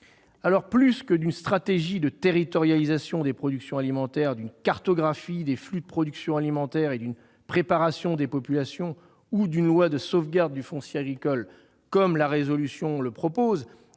Plus que d'une « stratégie de territorialisation des productions alimentaires, d'une cartographie des flux de production alimentaire et d'une préparation des populations » ou « d'une loi de sauvegarde du foncier agricole », comme le prévoit la proposition